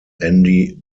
andy